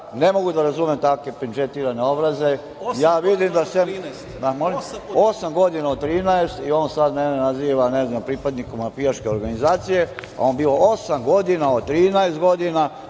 ne mogu da razumem takve pendžetirane obraze, osam godina od 13,